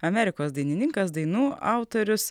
amerikos dainininkas dainų autorius